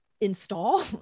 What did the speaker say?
install